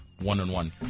one-on-one